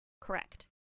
Correct